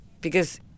Because-